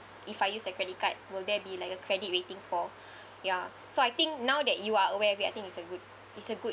if I use a credit card will there be like a credit rating for ya so I think now that you are aware of I think it's a good it's a good